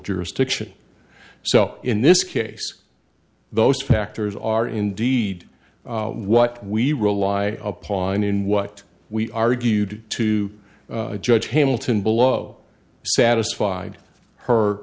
jurisdiction so in this case those factors are indeed what we rely upon in what we argued to judge hamilton below satisfied her